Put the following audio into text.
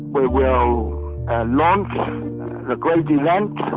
we will launch a great event